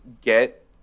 get